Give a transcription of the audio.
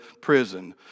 prison